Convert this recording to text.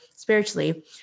spiritually